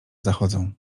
zachodzą